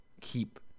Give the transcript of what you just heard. keep